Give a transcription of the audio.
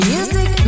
Music